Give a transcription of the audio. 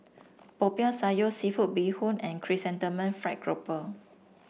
Popiah Sayur seafood Bee Hoon and Chrysanthemum Fried Grouper